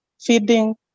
feeding